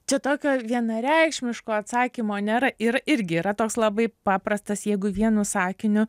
čia tokio vienareikšmiško atsakymo nėra ir irgi yra toks labai paprastas jeigu vienu sakiniu